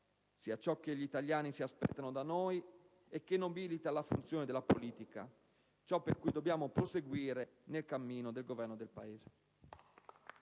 ciò che gli italiani si aspettano da noi e ciò che nobilita la funzione della politica, ciò per cui dobbiamo proseguire nel cammino del Governo del Paese.